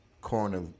corner